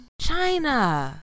china